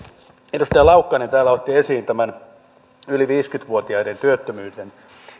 edustaja laukkanen täällä otti esiin yli viisikymmentä vuotiaiden työttömyyden